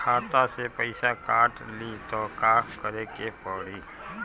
खाता से पैसा काट ली त का करे के पड़ी?